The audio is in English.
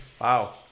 Wow